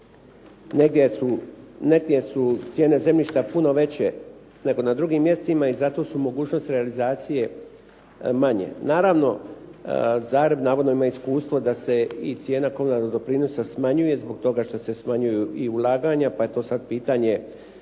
Negdje su cijene zemljišta puno veće nego na drugim mjestima i zato su mogućnosti realizacije manje. Naravno, …/Govornik se ne razumije./… navodno ima iskustvo da se i cijena komunalnog doprinosa smanjuje zbog toga što se smanjuju i ulaganja, pa je to sada pitanje